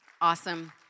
awesome